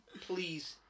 please